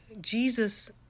jesus